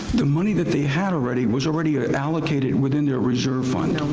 the money that they had already was already ah allocated within their reserve fund.